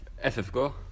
FFK